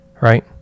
right